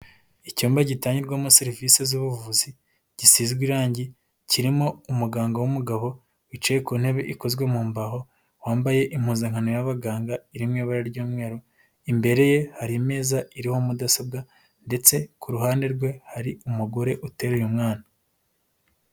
Icyumba gitangirwamo serivisi z'ubuvuzi, gisizwe irangi, kirimo umuganga w'umugabo, wicaye ku ntebe ikozwe mu mbaho, wambaye impuzankano y'abaganga iri mu ibara ry'umweru. Imbere ye hari imeza iriho mudasobwa ndetse ku ruhande rwe hari umugore uteruye mwana.